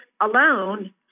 alone